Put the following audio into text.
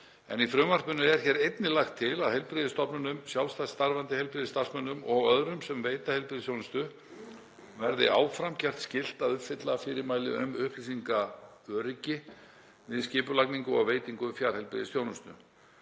Í frumvarpinu er einnig lagt til að heilbrigðisstofnunum, sjálfstætt starfandi heilbrigðisstarfsmönnum og öðrum sem veita heilbrigðisþjónustu verði áfram gert skylt að uppfylla fyrirmæli um upplýsingaöryggi við skipulagningu og veitingu fjarheilbrigðisþjónustu.